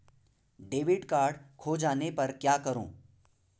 Debit card खो जाने पर क्या करूँ?